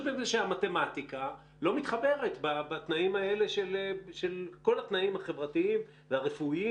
בגלל שהמתמטיקה לא מתחברת בתנאים האלה של כל התנאים החברתיים והרפואיים